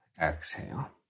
exhale